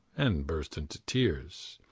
and burst into tears.